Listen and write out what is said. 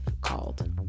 called